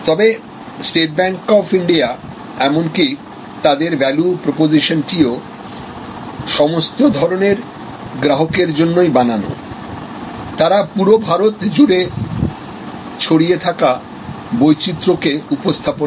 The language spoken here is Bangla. তবে স্টেট ব্যাংক অফ ইন্ডিয়া এমনকি তাদের ভ্যালু প্রপোজিশনটিও সমস্ত ধরণের গ্রাহকের জন্যই বানানো তারা পুরো ভারত জুড়ে ছড়িয়ে থাকা বৈচিত্র্যকে উপস্থাপন করে